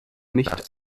nicht